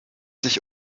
sich